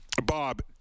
Bob